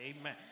amen